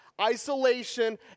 isolation